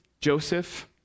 Joseph